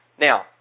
Now